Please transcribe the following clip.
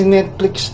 Netflix